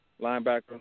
linebacker